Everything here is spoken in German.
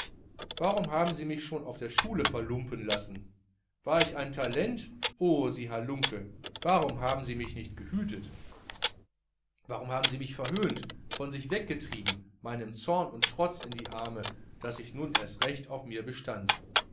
warum haben sie mich schon auf der schule verlumpen lassen war ich ein talent oh sie halunke warum haben sie mich nicht gehütet warum haben sie mich verhöhnt von sich weggetrieben meinem zorn und trotz in die arme daß ich nun erst recht auf mir bestand